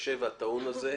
הקשה והטעון הזה.